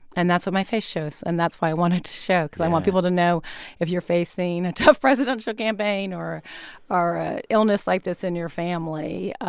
and that's what my face shows. and that's why i want it to show because i want people to know if you're facing a tough presidential campaign, or an ah illness like this in your family,